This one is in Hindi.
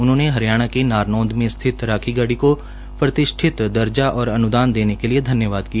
उन्होंने हरियाणा के नारनोंद में स्थित राखीगढ़ी के प्रतिष्ठित दर्जा और अनुदान देने के लिए धन्यवाद किया